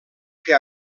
que